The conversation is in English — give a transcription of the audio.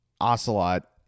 Ocelot